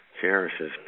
Cherishes